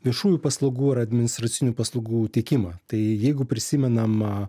viešųjų paslaugų ar administracinių paslaugų teikimą tai jeigu prisimenam